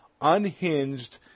unhinged